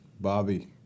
Bobby